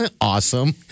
Awesome